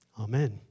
Amen